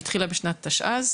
שהתחילה בשנת תשע"ז,